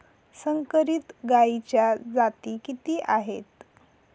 संकरित गायीच्या जाती किती आहेत?